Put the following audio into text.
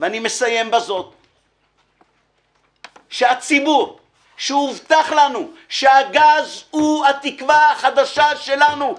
ובזאת אני מסיים שהציבור שהובטח לנו שהגז הוא התקווה החדשה שלנו,